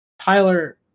Tyler